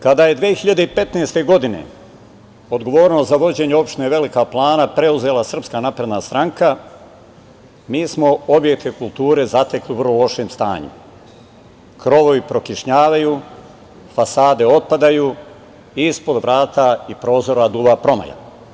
Kada je 2015. godine odgovornost za vođenje opštine Velika Plana preuzela SNS, mi smo objekte kulture zatekli u vrlo lošem stanju - krovovi prokišnjavaju, fasade otpadaju, ispod vrata i prozora duva promaja.